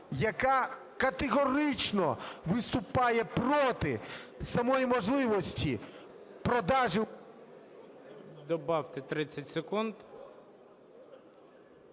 яка категорично виступає проти самої можливості продажу... ГОЛОВУЮЧИЙ. Добавте 30 секунд.